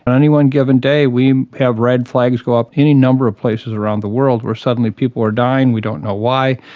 but any one given day we have red flags go up any number of places around the world where suddenly people are dying, we don't know why.